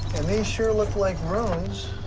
and these sure look like runes.